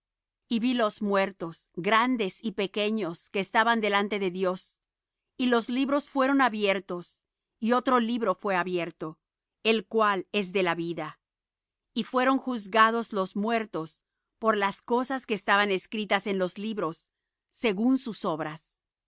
y vi los muertos grandes y pequeños que estaban delante de dios y los libros fueron abiertos y otro libro fué abierto el cual es de la vida y fueron juzgados los muertos por las cosas que estaban escritas en los libros según sus obras